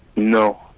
no,